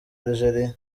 algeria